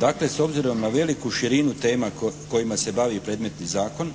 Dakle, s obzirom na veliku širinu tema kojima se bavi predmetni zakon